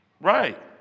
Right